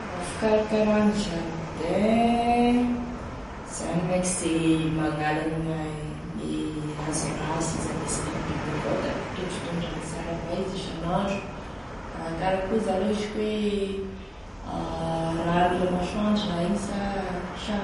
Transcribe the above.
E fomba fikarakaragny jardin, zany mein ka sy magnala gne raha gne hazo rasy izy ame sibibiby io avao da tondratondrahagny sara avao izy isan'andro, arakaraky koa zany raha ohatry ka hoe raha mila masoandro raha igny sa sa